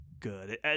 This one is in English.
good